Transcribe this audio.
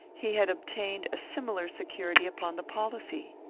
he had obtained a similar security upon the policy.